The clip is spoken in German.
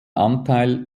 anteil